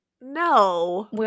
No